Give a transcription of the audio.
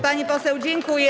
Pani poseł, dziękuję.